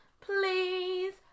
please